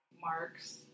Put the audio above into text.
marks